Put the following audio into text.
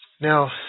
Now